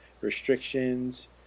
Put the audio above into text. restrictions